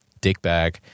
dickbag